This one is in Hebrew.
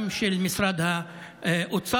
גם של משרד האוצר,